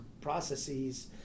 processes